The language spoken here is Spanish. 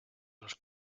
los